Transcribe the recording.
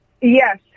Yes